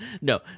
no